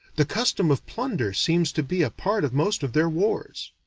the custom of plunder seems to be a part of most of their wars.